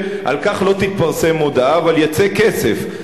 על כך לא תתפרסם הודעה אבל יצא כסף.